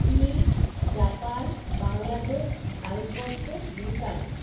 চীন জাপান বাংলাদেশ ভারতবর্ষ ভুটান